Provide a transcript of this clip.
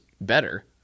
better